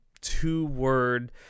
two-word